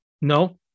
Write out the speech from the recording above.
no